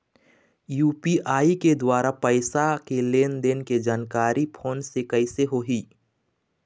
UPI के द्वारा पैसा के लेन देन के जानकारी फोन से कइसे होही?